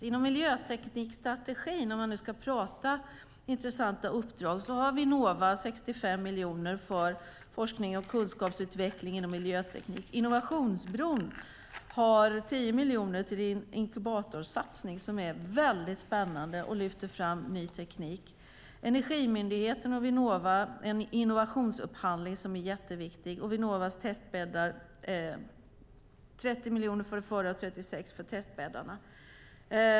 Inom miljöteknikstrategin, om man nu ska tala om intressanta uppdrag, har Vinnova 65 miljoner för forskning och kunskapsutveckling inom miljöteknik, Innovationsbron har 10 miljoner till inkubatorsatsning som är väldigt spännande och lyfter fram ny teknik. Energimyndigheten och Vinnova har en innovationsupphandling som är jätteviktig liksom Vinnovas testbäddar. Det satsas 30 miljoner på det förra och 36 miljoner på testbäddarna.